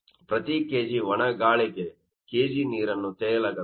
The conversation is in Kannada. ಪ್ರತಿ kg ಒಣ ಗಾಳಿಗೆ kg ನೀರನ್ನ ತೆಗೆಯಲಾಗುತ್ತದೆ